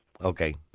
Okay